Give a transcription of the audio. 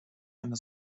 eine